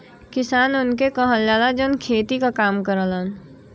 किसान उनके कहल जाला, जौन खेती क काम करलन